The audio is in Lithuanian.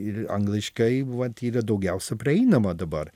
ir angliškai vat yra daugiausia prieinama dabar